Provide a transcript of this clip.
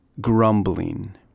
grumbling